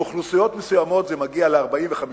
באוכלוסיות מסוימות זה מגיע ל-40% ול-50%,